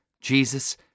Jesus